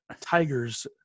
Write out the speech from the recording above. Tigers